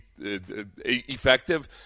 effective